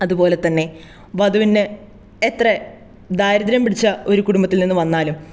അതുപോലെതന്നെ വധുവിന് എത്ര ദാരിദ്ര്യം പിടിച്ച ഒരു കുടുംബത്തിൽ നിന്ന് വന്നാലും